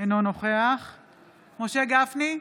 אינו נוכח משה גפני,